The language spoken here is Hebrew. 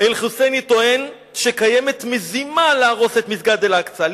אל-חוסייני טוען שקיימת מזימה להרוס את מסגד אל-אקצא,